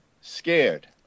scared